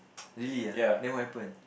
really ah then what happen